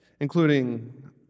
including